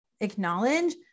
acknowledge